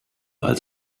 als